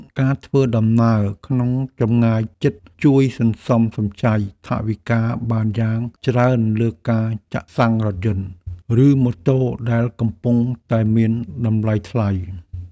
ការធ្វើដំណើរក្នុងចម្ងាយជិតជួយសន្សំសំចៃថវិកាបានយ៉ាងច្រើនលើការចាក់សាំងរថយន្ត ឬម៉ូតូដែលកំពុងតែមានតម្លៃថ្លៃ។